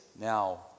Now